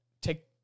take